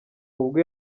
ubwo